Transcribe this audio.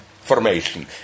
formation